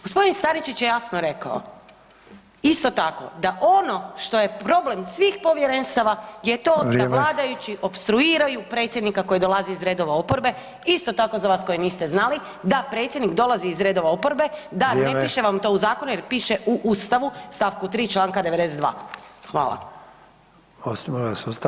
Gospodin Staničić je jasno rekao isto tako da ono što je problem svih povjerenstva je to [[Upadica: Vrijeme.]] da vladajući opstruiraju predsjednika koji dolazi iz redova oporbe, isto tako za vas koji niste znali, da predsjednik dolazi iz redova oporbe …/Vrijeme./… da ne piše vam to u zakonu jer piše u Ustavu stavku 3. Članka 92.